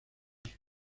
sus